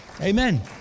Amen